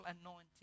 anointing